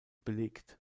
belegt